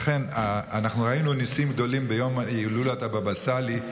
אנחנו ראינו ניסים גדולים ביום הילולת הבאבא סאלי,